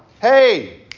hey